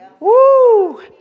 Woo